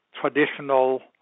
traditional